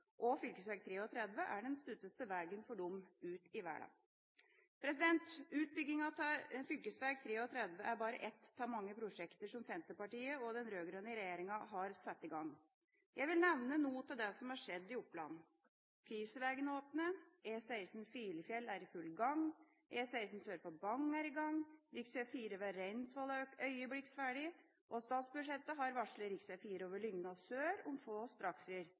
og fv. 33 er den korteste vegen for dem ut i verden. Utbyggingen av fv. 33 er bare ett av mange prosjekter som Senterpartiet og den rød-grønne regjeringa har satt i gang. Jeg vil nevne noe av det som har skjedd i Oppland: Kvivsvegen er åpnet, E16 Filefjell er i full gang, E16 sør for Bagn er i gang, rv. 4 ved Reinsvoll er øyeblikkelig ferdig, og statsbudsjettet har varslet rv. 4 Lygna sør om få strakser.